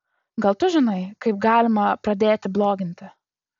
gal tu žinai kaip galima pradėti bloginti